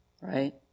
right